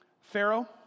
Pharaoh